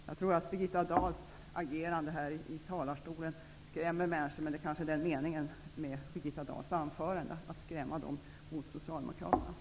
Jag tror att Birgitta Dahls agerande här skrämmer människor, men meningen med Birgitta Dahls anförande var kanske att skrämma dem, åt socialdemokraterna.